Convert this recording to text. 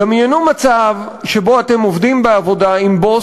דמיינו מצב שבו אתם עובדים בעבודה עם בוס